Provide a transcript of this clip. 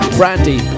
brandy